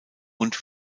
und